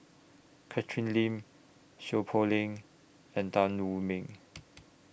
Catherine Lim Seow Poh Leng and Tan Wu Meng